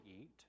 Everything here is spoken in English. eat